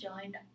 joined